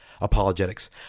Apologetics